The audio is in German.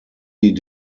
die